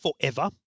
forever